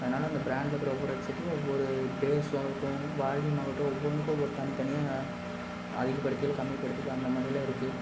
அதனால இந்தப் பிராண்டில் இருக்கிற ஒவ்வொரு ஹெட்செட்டும் ஒவ்வொரு பேஸ் ஆகட்டும் வால்யூமாகட்டும் ஒவ்வொன்றுக்கும் ஒவ்வொரு தனித்தனியாக அதிகப்படுத்திக்கலாம் கம்மிப்படுத்திக்கலாம் அந்தமாதிரிலாம் இருக்குது